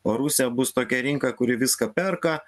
o rusija bus tokia rinka kuri viską perka